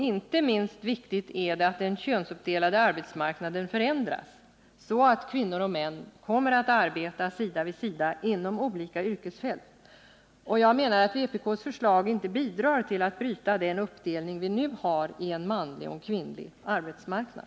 Inte minst viktigt är det att den könsuppdelade arbetsmarknaden förändras, så att kvinnor och män kommer att arbeta sida vid sida inom olika yrkesfält. Vpk:s förslag bidrar inte till att bryta den nuvarande uppdelningen i en manlig och en kvinnlig arbetsmarknad.